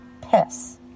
piss